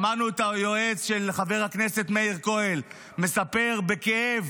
שמענו את היועץ של חבר הכנסת מאיר כהן מספר בכאב